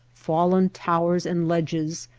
fallen towers and ledges,